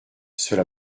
cela